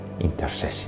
intercession